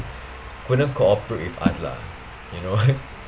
couldn't cooperate with us lah you know